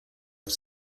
auf